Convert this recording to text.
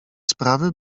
sprawy